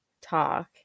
talk